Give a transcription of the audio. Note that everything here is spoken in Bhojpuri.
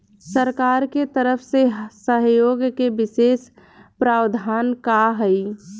सरकार के तरफ से सहयोग के विशेष प्रावधान का हई?